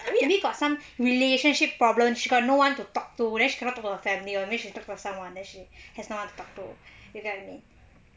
maybe got some relationship problem she got no one to talk to then she cannot talk to her family [one] then she need talk to someone then she has no one to talk to you get what I mean